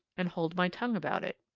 and hold my tongue about it.